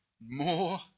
more